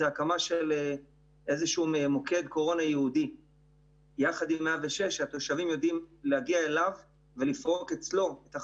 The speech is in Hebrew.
זה הקמת איזשהו מוקד קורונה ייעודי יחד עם 106. התושבים יודעים להגיע אליו ולפרוק אצלו את החששות.